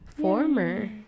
Former